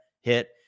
hit